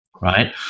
right